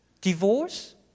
Divorce